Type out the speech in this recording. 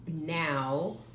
now